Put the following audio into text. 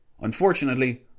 Unfortunately